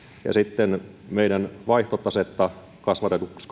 ja sitten meidän kauppatasettamme kasvatetuksi